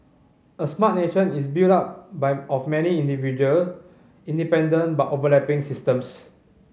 a smart nation is build up by of many individual independent but overlapping systems